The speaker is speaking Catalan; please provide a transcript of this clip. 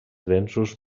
densos